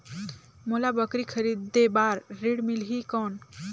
मोला बकरी खरीदे बार ऋण मिलही कौन?